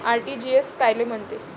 RTGS कायले म्हनते?